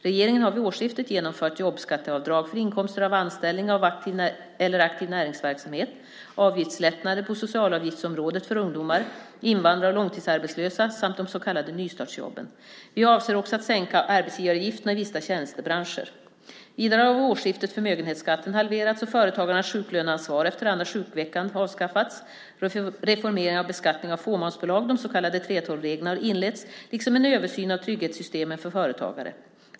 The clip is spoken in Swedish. Regeringen har vid årsskiftet genomfört jobbskatteavdrag för inkomster av anställning eller aktiv näringsverksamhet, avgiftslättnader på socialavgiftsområdet för ungdomar, invandrare och långtidsarbetslösa samt de så kallade nystartsjobben. Vi avser också att sänka arbetsgivaravgifterna i vissa tjänstebranscher. Vidare har vid årsskiftet förmögenhetsskatten halverats och företagarnas sjuklöneansvar efter andra sjukveckan avskaffats. Reformeringen av beskattningen av fåmansbolag, de så kallade 3:12-reglerna, har inletts liksom en översyn av trygghetssystemen för företagare.